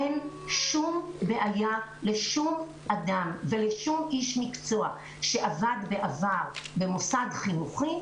אין שום בעיה לשום אדם ולשום איש מקצוע שעבד בעבר במוסד חינוכי,